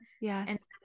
yes